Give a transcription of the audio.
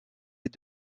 est